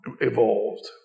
evolved